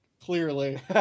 Clearly